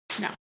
No